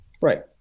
Right